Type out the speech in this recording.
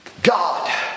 God